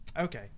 Okay